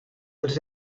els